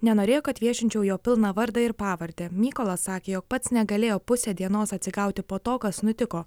nenorėjo kad viešinčiau jo pilną vardą ir pavardę mykolas sakė jog pats negalėjo pusę dienos atsigauti po to kas nutiko